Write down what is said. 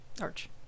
arch